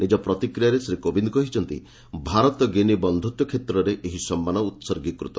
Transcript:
ନିଜ ପ୍ରତିକ୍ରିୟାରେ ଶ୍ରୀ କୋବିନ୍ଦ କହିଛନ୍ତି ଭାରତ ଗିନି ବନ୍ଧୁତ୍ୱ କ୍ଷେତ୍ରରେ ଏହି ସମ୍ମାନ ଉତ୍ଗୀକୃତ